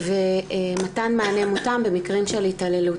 ומתן מענה מותאם במקרים של התעללות.